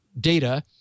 data